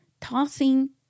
tossing